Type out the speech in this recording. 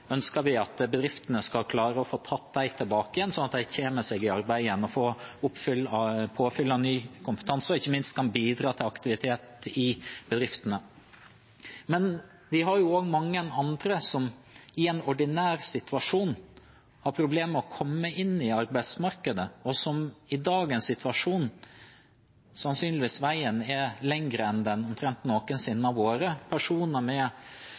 de kommer seg i arbeid igjen og får påfyll av ny kompetanse, og ikke minst kan bidra til aktivitet i bedriftene. Men vi har også mange andre, som i en ordinær situasjon har problemer med å komme inn i arbeidsmarkedet, og i dagens situasjon er sannsynligvis veien lengre enn den omtrent noensinne har vært, personer med